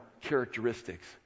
characteristics